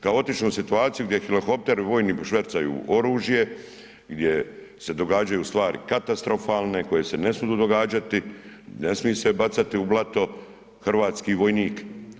Kaotičnu situaciju gdje helikopteri vojni švercaju oružje, gdje se događaju stvari katastrofalne koji se ne smidu događati, ne smi se bacati u blato hrvatski vojnik.